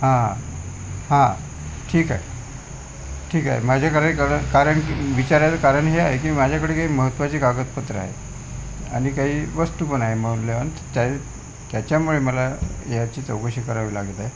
हां हां ठीक आहे ठीक आहे माझ्याक कारण विचारायचं कारण हे आहे की माझ्याकडे काही महत्त्वाची कागदपत्रं आहे आणि काही वस्तू पण आहे मौल्यवान त्याही त्याच्यामुळे मला ह्याची चौकशी करावी लागत आहे